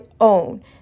own